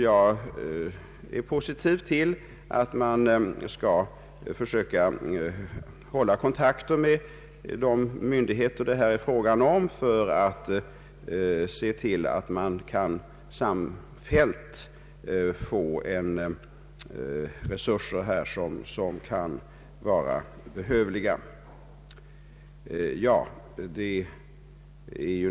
Jag ställer mig positiv till kontakter med de myndigheter som det här är fråga om för att de samfällt skall få behövliga resurser.